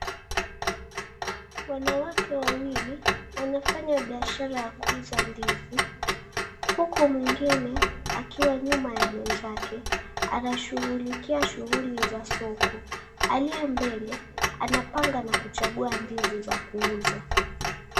Wanawake wawili wanafanya biashara ya kuuza ndizi huku mwengine akiwa nyuma ya mwenzake anashughulikia shughuli za soko aliye mbele anapanga na kuchagua ndizi za kuuza.